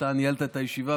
שאתה ניהלת את הישיבה,